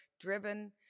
driven